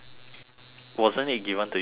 wasn't it given to you this way